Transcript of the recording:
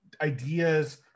ideas